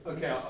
Okay